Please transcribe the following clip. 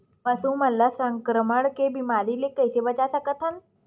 पशु मन ला संक्रमण के बीमारी से कइसे बचा सकथन?